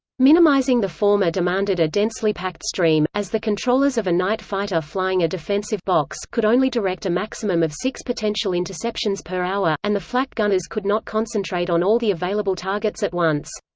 minimising the former demanded a densely packed stream, as the controllers of a night fighter flying a defensive box could only direct a maximum of six potential interceptions per hour, and the flak gunners could not concentrate on all the available targets at once.